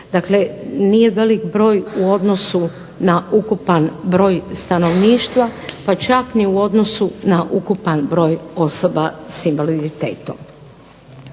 Dakle, nije velik broj u odnosu na ukupan broj stanovništva pa čak ni u odnosu na ukupan broj osoba s invaliditetom.